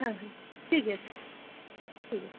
হ্যাঁ হ্যাঁ ঠিক আছে ঠিক